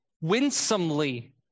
winsomely